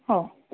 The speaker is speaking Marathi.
हो